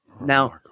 Now